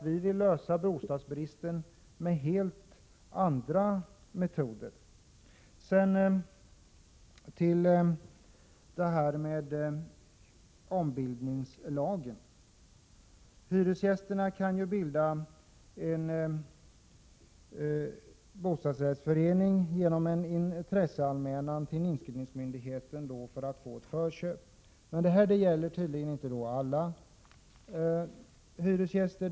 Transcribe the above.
Vi vill lösa bostadsbristen med helt andra metoder. Sedan till ombildningslagen: Hyresgästerna kan bilda en bostadsrättsförening genom en intresseanmälan till inskrivningsmyndigheten för att få förköp. Men det gäller tydligen inte alla hyresgäster.